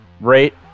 Rate